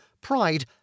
pride